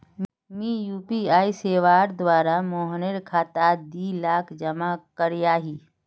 मी यु.पी.आई सेवार द्वारा मोहनेर खातात दी लाख जमा करयाही